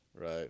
right